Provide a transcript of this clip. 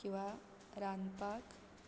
किंवा रांदपाक